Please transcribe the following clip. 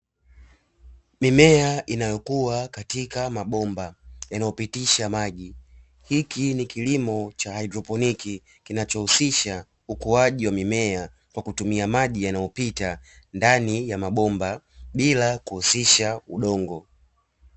Mimea inayokua katika mabomba yanayopitisha maji. Hiki ni kilimo cha haidroponiki kinachohusisha ukuaji wa mimea kwa kutumia maji yanayopita ndani ya mabomba bila kuhusisha udongo.